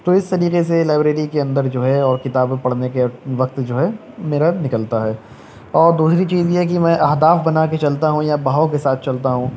تو اس طریقے سے لائبریری کے اندر جو ہے اور کتابیں پڑھنے کے وقت جو ہے میرا نکلتا ہے اور دوسری چیز یہ ہے کہ میں اہداف بنا کے چلتا ہوں یا بہاؤ کے ساتھ چلتا ہوں